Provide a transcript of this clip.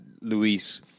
Luis